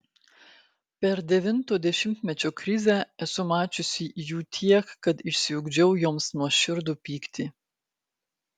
per devinto dešimtmečio krizę esu mačiusi jų tiek kad išsiugdžiau joms nuoširdų pyktį